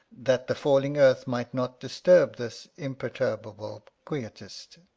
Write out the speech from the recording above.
that the falling earth might not disturb this imperturbable quietist.